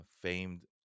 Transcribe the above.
famed